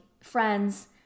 friends